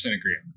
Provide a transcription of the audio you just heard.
agree